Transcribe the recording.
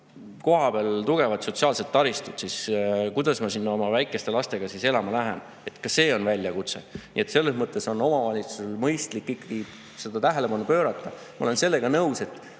kohapeal tugevat sotsiaalset taristut, siis kuidas ma sinna oma väikeste lastega elama lähen? Ka see on väljakutse. Nii et selles mõttes on omavalitsusel mõistlik ikkagi sellele tähelepanu pöörata. Ma olen sellega nõus, et